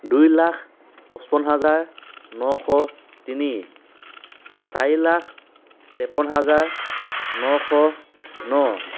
দুই লাখ পঁচপন্ন হাজাৰ নশ তিনি চাৰি লাখ তেপন্ন হাজাৰ নশ ন